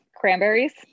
Cranberries